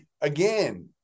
Again